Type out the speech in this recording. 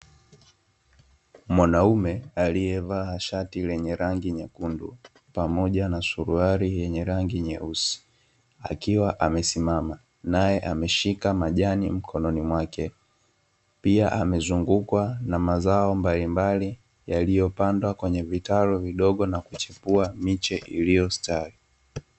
Mwanaume aliyevaa shati lenye rangi nyekundu pamoja na suruali yenye rangi nyeusi akiwa amesimamanae ameshika majani mkononi mwake, pia amezungukwa na mazao mbalimbali yaliyopandwa kwenye vitaru vidogo na kuchipua miche iliyostawi.